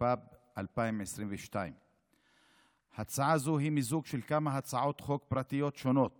התשפ"ב 2022. הצעה זו היא מיזוג של כמה הצעות חוק פרטיות שונות